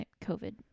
covid